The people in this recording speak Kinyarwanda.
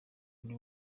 buri